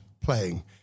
playing